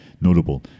notable